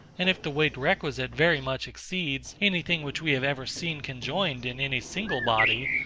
and if the weight requisite very much exceeds any thing which we have ever seen conjoined in any single body,